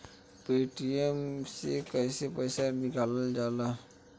Paytm से कैसे पैसा निकलल जाला?